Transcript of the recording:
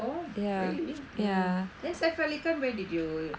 oh oh really then sara ali khan where did you